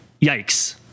yikes